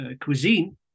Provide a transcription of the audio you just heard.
cuisine